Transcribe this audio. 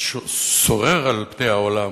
שורר על פני העולם,